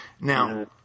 Now